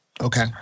Okay